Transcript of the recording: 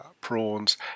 prawns